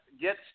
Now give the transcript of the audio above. get